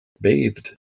bathed